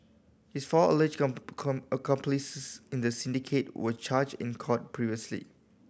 his four alleged come come accomplices in the syndicate were charged in court previously